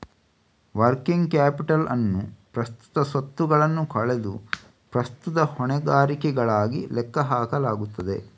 working capital ಅನ್ನು ಪ್ರಸ್ತುತ ಸ್ವತ್ತುಗಳನ್ನು ಕಳೆದು ಪ್ರಸ್ತುತ ಹೊಣೆಗಾರಿಕೆಗಳಾಗಿ ಲೆಕ್ಕ ಹಾಕಲಾಗುತ್ತದೆ